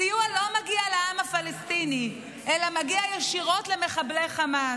הסיוע לא מגיע לעם הפלסטיני אלא מגיע ישירות למחבלי חמאס,